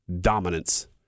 dominance